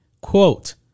Quote